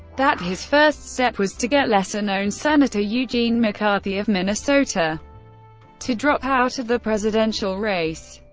that his first step was to get lesser-known senator eugene mccarthy of minnesota to drop out of the presidential race.